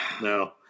no